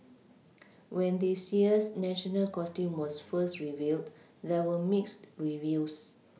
when this year's national costume was first revealed there were mixed reviews